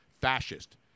fascist